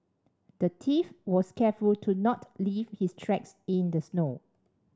the thief was careful to not leave his tracks in the snow